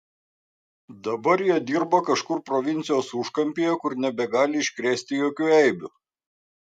dabar jie dirba kažkur provincijos užkampyje kur nebegali iškrėsti jokių eibių